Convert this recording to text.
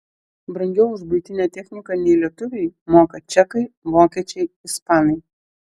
brangiau už buitinę techniką nei lietuviai moka čekai vokiečiai ispanai